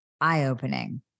eye-opening